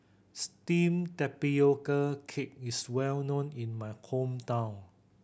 steamed tapioca cake is well known in my hometown